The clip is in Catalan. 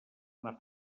anar